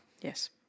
Yes